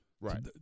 Right